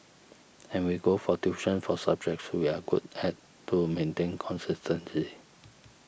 and we go for tuition for subjects we are good at to maintain consistency